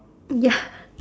ya